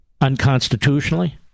Unconstitutionally